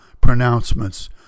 pronouncements